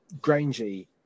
Grangey